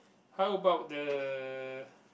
how about the